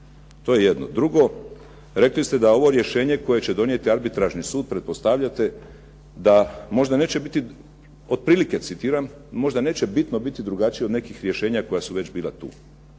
To je jedno. Drugo, rekli ste da ovo rješenje koje će donijeti arbitražni sud, pretpostavljate da možda neće biti, otprilike citiram, „možda neće bitno biti drugačije od nekih rješenja koja su već bila tu“.